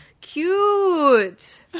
cute